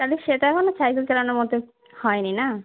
তাহলে সেটা হলে সাইকেল চালানোর মতো হয়নি না